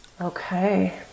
Okay